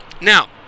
now